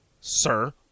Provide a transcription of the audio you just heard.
sir